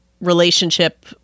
relationship